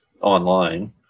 online